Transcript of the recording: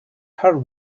her